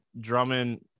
Drummond